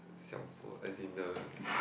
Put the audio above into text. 小说 as in the